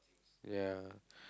ya